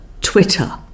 Twitter